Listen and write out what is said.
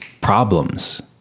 problems